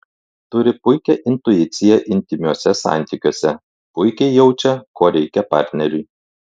turi puikią intuiciją intymiuose santykiuose puikiai jaučia ko reikia partneriui